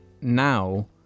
now